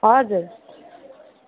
हजुर